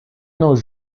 nos